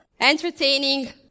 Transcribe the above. entertaining